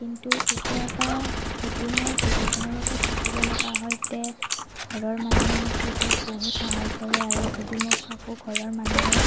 কিন্তু কেতিয়াবা যদি মই বহুত দিনৰ বাবে থাকিব লগা হয় তে ঘৰৰ মানুহে মোক এইটো বহুত সহায় কৰে আৰু যদি মোক আকৌ ঘৰৰ মানুহৰ